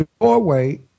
doorway